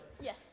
Yes